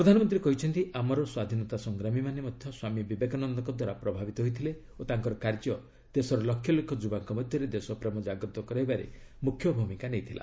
ପ୍ରଧାନମନ୍ତ୍ରୀ କହିଛନ୍ତି ଆମର ସ୍ୱାଧୀନତା ସଂଗ୍ରାମୀମାନେ ମଧ୍ୟ ସ୍ୱାମୀ ବିବେକାନନ୍ଦଙ୍କ ଦ୍ୱାରା ପ୍ରଭାବିତ ହୋଇଥିଲେ ଓ ତାଙ୍କର କାର୍ଯ୍ୟ ଦେଶର ଲକ୍ଷଲକ୍ଷ ଯୁବାଙ୍କ ମଧ୍ୟରେ ଦେଶପ୍ରେମ ଜାଗ୍ରତ କରାଇବାରେ ମୁଖ୍ୟ ଭୂମିକା ନେଇଥିଲା